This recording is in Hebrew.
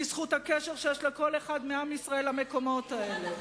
בזכות הקשר של כל אחד מעם ישראל למקומות האלה.